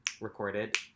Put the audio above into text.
recorded